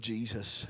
Jesus